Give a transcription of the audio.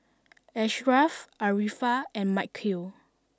Ashraff Arifa and Mikhail